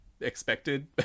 expected